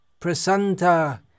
prasanta